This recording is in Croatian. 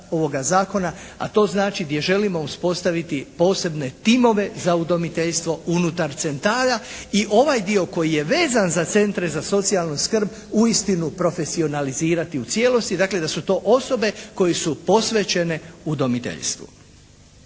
A to znači gdje želimo uspostaviti posebne timove za udomiteljstvo unutar centara. I ovaj dio koji je vezan za centra za socijalnu skrb uistinu profesionalizirati u cijelosti, dakle da su to osobe koje su posvećena udomiteljstvu.